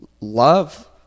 love